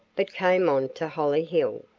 but came on to hollyhill.